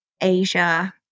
asia